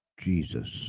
Jesus